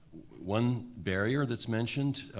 one barrier that's mentioned,